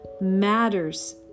matters